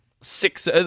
six